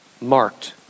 marked